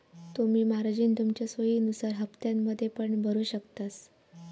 तुम्ही मार्जिन तुमच्या सोयीनुसार हप्त्त्यांमध्ये पण भरु शकतास